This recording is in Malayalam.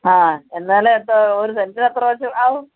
ആ എന്നാലേ എന്തോ ഒര് സെൻറ്റിന് എത്രവെച്ച് ആകും